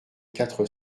quatre